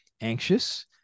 anxious